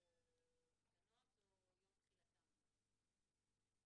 "התקנות או יום תחילתן", או